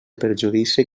perjudici